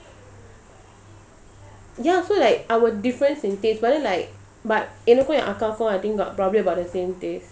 ya so like our difference in taste but then like but எனக்கு:enaku I think got probably about the same taste